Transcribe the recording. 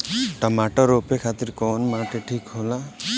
टमाटर रोपे खातीर कउन माटी ठीक होला?